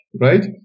right